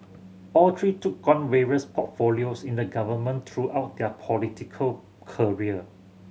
all three took on various portfolios in the government throughout their political career